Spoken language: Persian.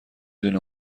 دونه